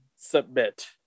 submit